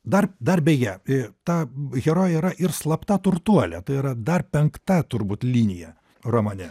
dar dar beje tą herojė yra ir slapta turtuolė tai yra dar penkta turbūt linija romane